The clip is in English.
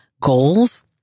goals